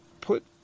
put